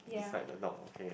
beside the dog okay